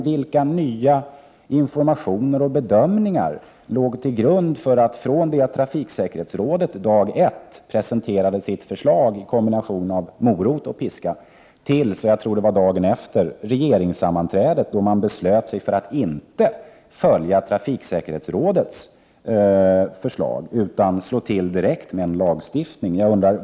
Vilka nya informationer och bedömningar låg till grund för att man, från det att trafiksäkerhetsrådet dag 1 presenterade sitt förslag om en kombination av morot och piska till dagen efter vid regeringens sammanträde, beslöt sig för att inte följa trafiksäkerhetsrådets förslag utan direkt slå till med en lagstiftning?